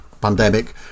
pandemic